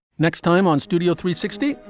next time on studio three sixty,